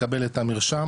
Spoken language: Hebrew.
לקבל את המרשם.